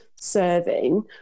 serving